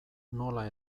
nola